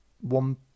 one